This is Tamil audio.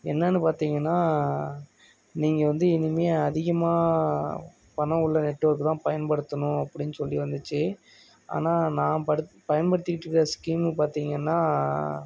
என்னென்னு பார்த்தீங்கன்னா நீங்கள் வந்து இனிமேல் அதிகமாக பணம் உள்ள நெட் ஒர்க் தான் பயன்படுத்தணும் அப்படினு சொல்லி வந்துடுச்சு ஆனால் நான் படு பயன்படுத்திட்டுருக்க ஸ்கீமு பார்த்தீங்கன்னா